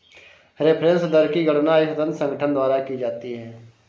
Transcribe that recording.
reference दर की गणना एक स्वतंत्र संगठन द्वारा की जाती है